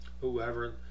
whoever